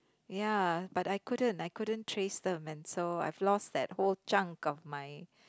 ya but I couldn't I couldn't trace them and so I've lost that whole chunk of my